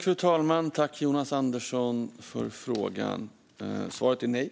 Fru talman! Tack för frågan, Jonas Andersson! Svaret är nej.